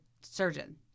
surgeon